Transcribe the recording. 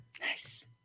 Nice